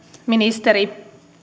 ministeri